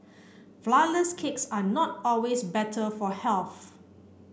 flourless cakes are not always better for health